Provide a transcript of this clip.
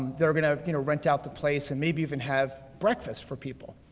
they're gonna you know rent out the place, and maybe even have breakfast for people.